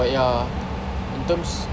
but ya in terms